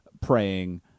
praying